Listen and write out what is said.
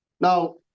Now